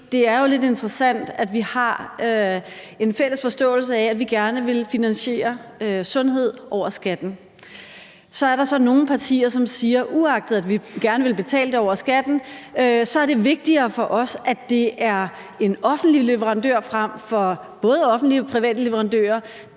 det er lidt interessant, at vi har en fælles forståelse af, at vi gerne vil finansiere sundhed over skatten, og så er der nogle partier, der siger, at uagtet at de gerne vil betale det over skatten, er det vigtigt for dem, at det er en offentlig leverandør frem for både offentlige og private leverandører,